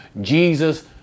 Jesus